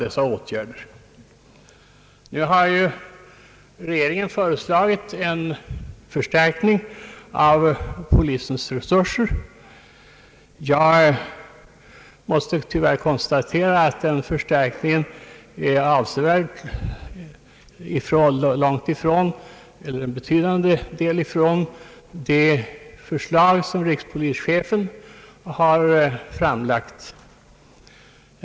Regeringen har nu föreslagit en förstärkning av polisens resurser. Jag måste tyvärr konstatera att denna förstärkning är av betydligt mindre omfattning än vad rikspolischefen begärt.